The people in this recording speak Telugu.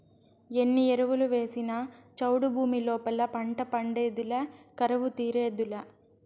ఎన్ని ఎరువులు వేసినా చౌడు భూమి లోపల పంట పండేదులే కరువు తీరేదులే